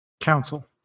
Council